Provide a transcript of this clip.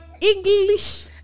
English